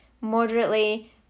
moderately